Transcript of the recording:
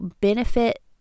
benefit